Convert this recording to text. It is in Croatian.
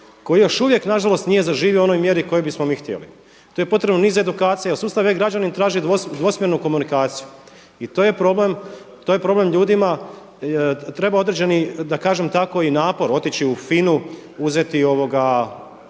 koji još uvijek nažalost nije zaživio u onoj mjeri u kojoj bismo mi htjeli. Tu je potrebno niz edukacija. Sustav e-građanin traži dvosmjernu komunikaciju i to je problem ljudima. Treba određeni da tako kažem i napor otići u FINA-u uzeti ili